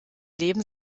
leben